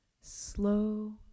slow